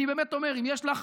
אני באמת אומר, אם יש לך,